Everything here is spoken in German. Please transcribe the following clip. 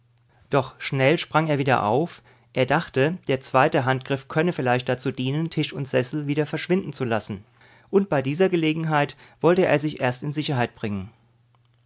doch schnell sprang er wieder auf er dachte der zweite handgriff könne vielleicht dazu dienen tisch und sessel wieder verschwinden zu lassen und bei dieser gelegenheit wollte er sich erst in sicherheit bringen